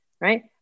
right